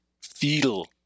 fetal